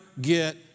get